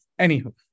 Anywho